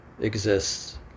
exists